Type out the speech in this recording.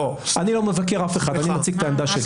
אני לא מבקר אף אחד, אני מציג את העמדה שלי.